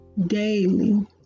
daily